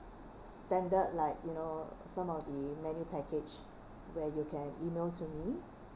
standard like you know some of the menu package where you can email to me